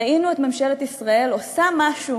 ראינו את ממשלת ישראל עושה משהו